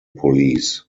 police